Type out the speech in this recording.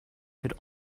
could